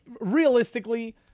realistically